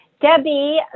Debbie